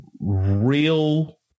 real